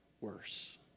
worse